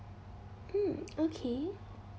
mm okay